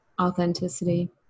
Authenticity